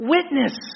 Witness